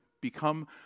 become